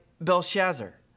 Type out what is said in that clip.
Belshazzar